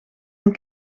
een